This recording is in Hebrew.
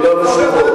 אתה אומר: מה אתה רוצה?